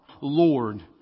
Lord